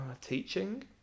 teaching